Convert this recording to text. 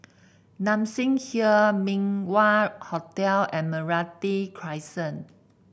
Nassim Hill Min Wah Hotel and Meranti Crescent